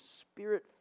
spirit